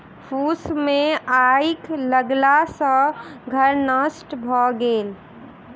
फूस मे आइग लगला सॅ घर नष्ट भ गेल